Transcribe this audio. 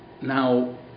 Now